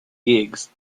gigs